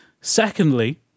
Secondly